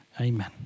Amen